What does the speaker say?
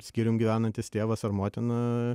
skyrium gyvenantis tėvas ar motina